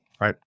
Right